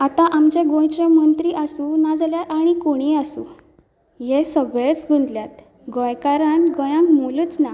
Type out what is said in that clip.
आतां आमचे गोंयचे मंत्री आसूं ना जाल्यार आनी कोणूय आसूं हे सगलेच गुंथल्यात गोंयकारांक गोंयांत मोलूच ना